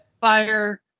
fire